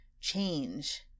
change